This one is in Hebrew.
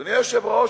אדוני היושב-ראש,